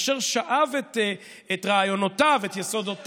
אשר שאב את רעיונותיו ואת יסודותיו,